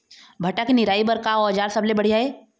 भांटा के निराई बर का औजार सबले बढ़िया ये?